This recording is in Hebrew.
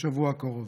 בשבוע האחרון.